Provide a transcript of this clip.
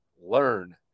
Learn